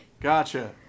gotcha